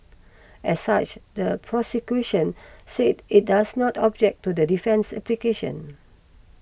as such the prosecution said it does not object to the defence's application